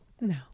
No